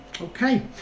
Okay